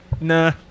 nah